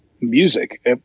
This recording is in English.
music